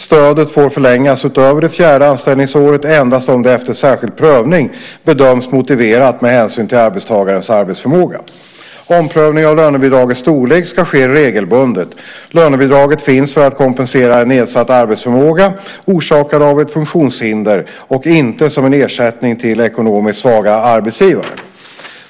Stödet får förlängas utöver det fjärde anställningsåret endast om det efter särskild prövning bedöms motiverat med hänsyn till arbetstagarens arbetsförmåga. Omprövning av lönebidragets storlek ska ske regelbundet. Lönebidraget finns för att kompensera en nedsatt arbetsförmåga orsakad av ett funktionshinder och inte som en ersättning till ekonomiskt svaga arbetsgivare.